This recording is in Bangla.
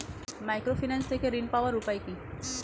মাইক্রোফিন্যান্স থেকে ঋণ পাওয়ার উপায় কি?